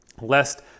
lest